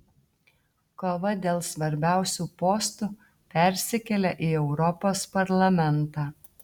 kova dėl svarbiausių postų persikelia į europos parlamentą